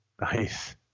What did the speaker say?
nice